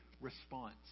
response